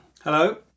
Hello